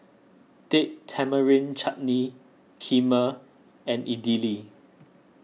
Date Tamarind Chutney Kheema and Idili